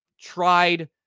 tried